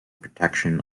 protection